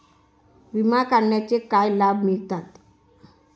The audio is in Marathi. विमा काढण्याचे काय लाभ मिळतात?